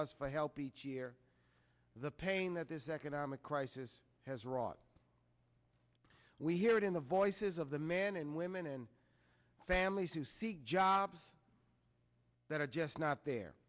us for help each year the pain that this economic crisis has wrought we hear it in the voices of the men and women and families who see jobs that are just not there